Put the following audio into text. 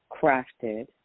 crafted